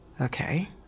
Okay